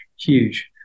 huge